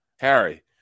Harry